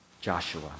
Joshua